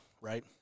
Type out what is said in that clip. right